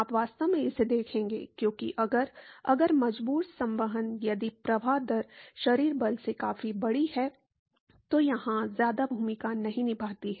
आप वास्तव में इसे देखेंगे क्योंकि अगर अगर मजबूर संवहन यदि प्रवाह दर शरीर बल से काफी बड़ी है तो यहां ज्यादा भूमिका नहीं निभाती है